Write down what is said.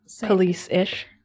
police-ish